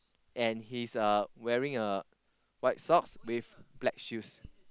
and he's uh wearing a white socks with black shoes